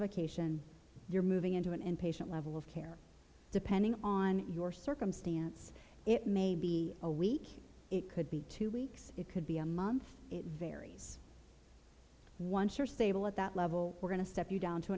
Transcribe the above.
a cation you're moving into an inpatient level of care depending on your circumstance it may be a week it could be two weeks it could be a month it varies one sure stable at that level we're going to step you down to